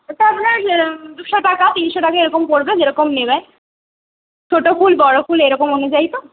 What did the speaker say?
ওটা আপনার দুশো টাকা তিনশো টাকা এরকম পড়বে যেরকম নেবেন ছোটো ফুল বড়ো ফুল এরকম অনুযায়ী তো